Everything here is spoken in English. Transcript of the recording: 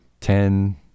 ten